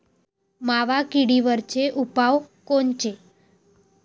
मावा किडीवरचे उपाव कोनचे?